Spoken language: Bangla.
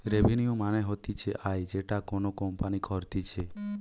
রেভিনিউ মানে হতিছে আয় যেটা কোনো কোম্পানি করতিছে